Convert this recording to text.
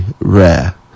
rare